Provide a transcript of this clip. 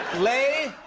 lay.